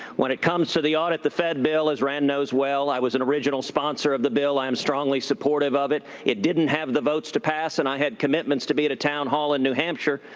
when it comes to the audit the fed bill, as rand knows well, i was an original sponsor of the bill, i'm strongly supportive of it. it didn't have the votes to pass. and i had commitments to be at a town hall in new hampshire.